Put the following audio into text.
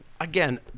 Again